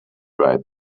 right